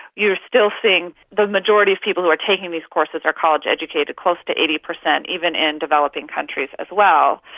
you are still seeing the majority of people who are taking these courses are college educated, close to eighty percent, even in developing countries as well.